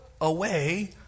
away